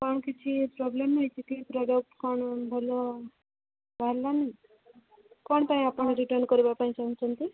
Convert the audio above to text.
କ'ଣ କିଛି ପ୍ରୋବ୍ଲେମ୍ ହେଇଛି କି ପ୍ରଡ଼କ୍ଟ କ'ଣ ଭଲ ବାହାରିଲା ନାହିଁ କ'ଣ ପାଇଁ ଆପଣ ରିଟର୍ଣ୍ଣ କରିବା ପାଇଁ ଚାହୁଁଛନ୍ତି